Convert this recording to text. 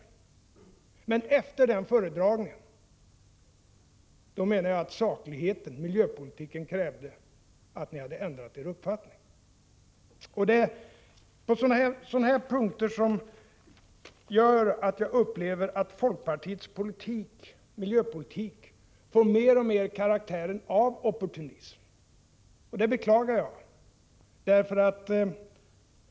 Men jag menar att efter den föredragningen krävde sakligheten och miljöpolitiken att ni ändrade er uppfattning. Det är sådant som gör att jag upplever att folkpartiets miljöpolitik mer och mer får karaktären av opportunism, och det beklagar jag.